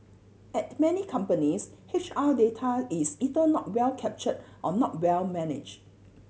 at many companies H R data is either not well captured or not well managed